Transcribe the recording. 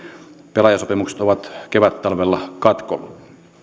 pelaajasopimukset ovat kevättalvella katkolla